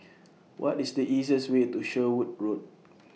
What IS The easiest Way to Sherwood Road